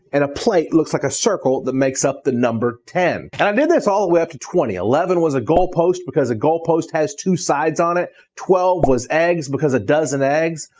and a plate looks like a circle, that makes up the number ten. and i did this all the way up to twenty. eleven was a goal post, because a goal post has two sides on it. twelve was eggs, because a dozen eggs.